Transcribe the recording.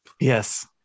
Yes